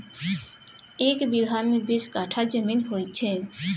एक बीगहा मे बीस कट्ठा जमीन होइ छै